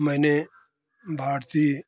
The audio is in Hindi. मैंने भारतीय